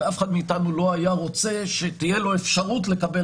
ואף אחד מאתנו לא היה רוצה שתהיה לו אפשרות לקבל